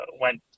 went